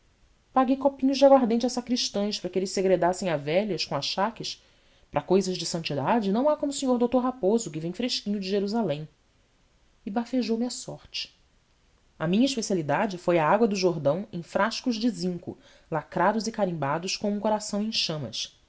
paguei copinhos de aguardente a sacristães para que eles segredassem a velhas com achaques para cousas de santidade não há como o senhor doutor raposo que vem fresquinho de jerusalém e bafejoume a sorte a minha especialidade foi a água do jordão em frascos de zinco lacrados e carimbados com um coração em chamas